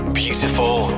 beautiful